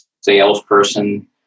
salesperson